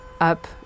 up